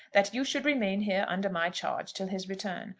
that you should remain here under my charge till his return.